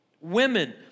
Women